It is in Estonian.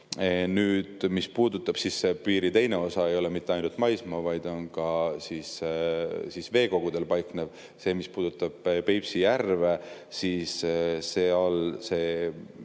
Nüüd, piiri teine osa ei ole mitte ainult maismaa, vaid on ka veekogudel paiknev. Mis puudutab Peipsi järve, siis seal on